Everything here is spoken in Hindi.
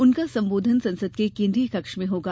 उनका संबोधन संसद के केन्द्रीय कक्ष में होगा